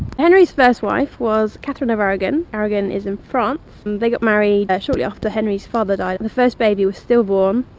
henry's first wife, was catherine of aragon. aragon is in france. they got married, shortly after henry's father died. the first baby was still born.